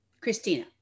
Christina